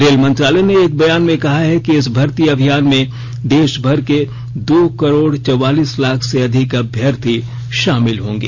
rail मंत्रालय ने एक बयान में कहा है कि इस भर्ती अभियान में देश भर के दो करोड चौवालीस लाख से अधिक अभ्यर्थी शामिल होंगे